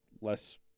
less